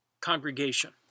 congregation